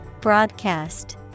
Broadcast